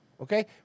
Okay